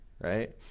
right